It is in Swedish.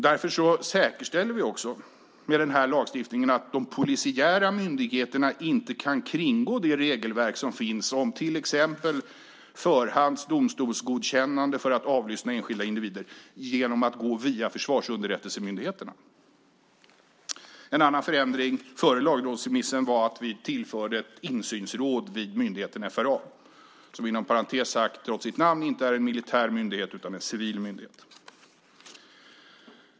Därför säkerställer vi också med den här lagstiftningen att de polisiära myndigheterna inte kan kringgå det regelverk som finns om till exempel förhands domstolsgodkännande för att avlyssna enskilda individer genom att gå via försvarsunderrättelsemyndigheterna. En annan förändring före lagrådsremissen var att vi tillförde ett insynsråd vid myndigheten FRA, som inom parentes sagt, trots sitt namn, inte är en militär myndighet utan en civil myndighet.